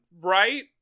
right